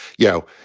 you know,